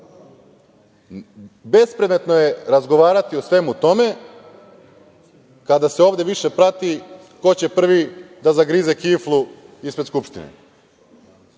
Bespredmetno je razgovarati o svemu tome kada se ovde više prati ko će prvi da zagrize kiflu ispred Skupštine,